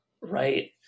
right